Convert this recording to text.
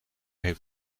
heeft